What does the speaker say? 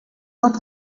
not